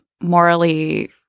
morally